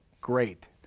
great